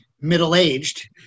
middle-aged